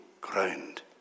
ground